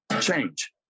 change